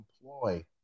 employ